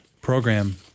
program